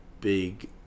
big